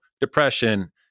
depression